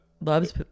loves